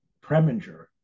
Preminger